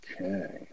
Okay